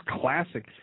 classic